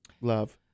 love